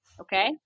okay